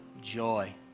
joy